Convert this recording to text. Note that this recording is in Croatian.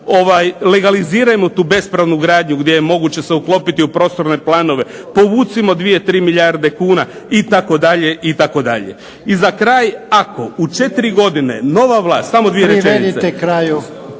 Legalizirajmo tu bespravnu gradnju gdje je moguće se uklopiti u prostorne planove, povucimo dvije, tri milijarde kuna itd. itd. I za kraj, ako u četiri godine nova vlast samo dvije rečenice...